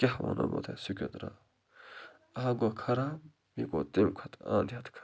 کیٛاہ وَنہو بہٕ تۄہہِ سُہ کِیُتھ دَرٛاو اَکھ گوٚو خراب یہِ گوٚو تَمہِ کھۄتہٕ اَنٛد ہٮ۪تھ خراب